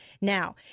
now